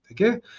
Okay